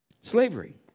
Slavery